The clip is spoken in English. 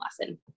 lesson